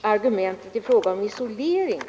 argumentet i fråga om isoleringen.